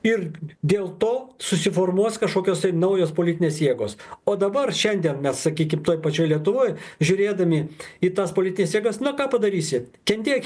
ir dėl to susiformuos kažkokios tai naujos politinės jėgos o dabar šiandien mes sakykim toj pačioj lietuvoj žiūrėdami į tas politines jėgas na ką padarysi kentėk